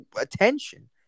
attention